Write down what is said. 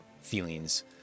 feelings